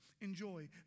enjoy